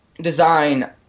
design